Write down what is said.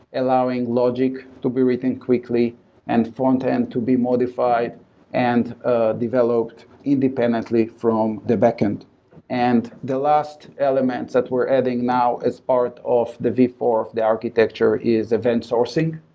allowing logic to be written quickly and frontend to be modified and ah developed independently from the backend and the last elements that we're adding now as part of the v four of the architecture is event sourcing,